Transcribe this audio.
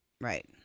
Right